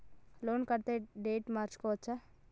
Loan కట్టే date మార్చుకోవచ్చా?